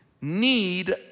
need